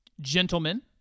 gentlemen